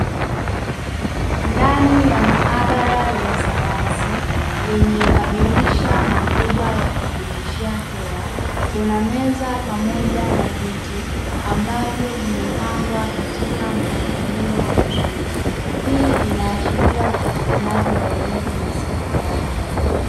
Ndani ya maabara ya sayansi yenye madirisha makubwa ya kupitishia hewa, kuna meza pamoja na viti ambavyo vimepangwa katika mpangilio mzuri. Hii inaashiria upatikanaji wa elimu ya sekondari.